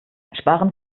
sparen